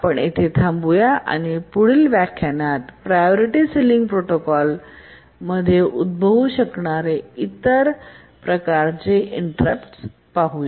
आपण येथे थांबूया आणि पुढील व्याख्यानात प्रायोरिटी सिलींग प्रोटोकॉलमध्ये उद्भवू शकणारे इतर प्रकारांचे इंटेररप्ट पाहूया